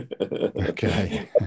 Okay